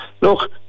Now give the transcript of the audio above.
Look